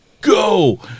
go